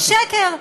זה שקר.